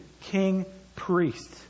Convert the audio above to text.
king-priest